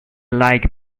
like